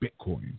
Bitcoin